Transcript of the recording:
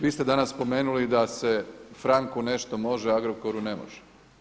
Vi ste danas spomenuli da se Franku nešto može Agrokoru ne može.